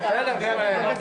אושרה.